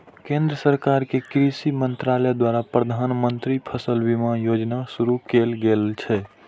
केंद्र सरकार के कृषि मंत्रालय द्वारा प्रधानमंत्री फसल बीमा योजना शुरू कैल गेल छै